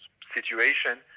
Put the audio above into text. situation